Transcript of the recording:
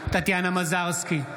טטיאנה מזרסקי,